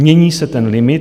Mění se ten limit.